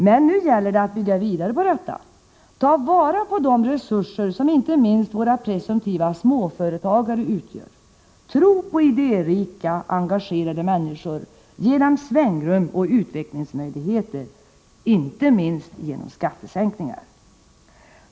Men nu gäller det att bygga vidare på detta, ta vara på de resurser som inte minst våra presumtiva småföretagare utgör, tro på idérika, engagerade människor, ge dem svängrum och utvecklingsmöjligheter, inte minst genom skattesänkningar.